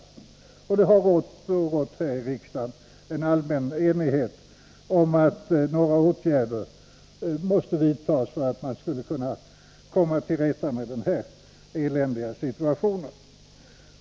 I riksdagen har det rått allmän enighet om att åtgärder måste vidtas för att man skall kunna komma till rätta med den eländiga situationen.